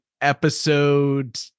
episode